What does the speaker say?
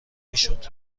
میشد